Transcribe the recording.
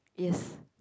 yes